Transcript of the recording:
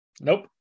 nope